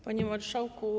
Panie Marszałku!